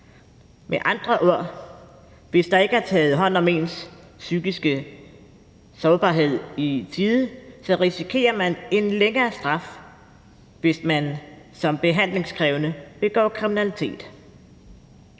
Med andre ord, hvis ikke der er taget hånd om ens psykiske sårbarhed i tide, risikerer man en længere straf, hvis man som behandlingskrævende begår kriminalitet.